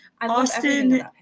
Austin